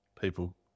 people